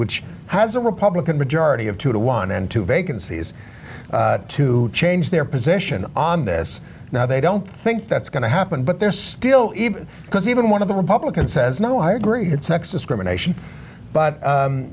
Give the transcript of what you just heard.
which has a republican majority of two to one and two vacancies to change their position on this now they don't think that's going to happen but they're still because even one of the republican says no i agree had sex discrimination but